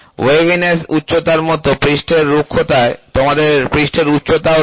waviness উচ্চতার মতো পৃষ্ঠের রুক্ষতায় তোমাদের পৃষ্ঠের উচ্চতাও রয়েছে